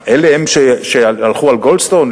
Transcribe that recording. מה, הם אלה שהלכו על גולדסטון?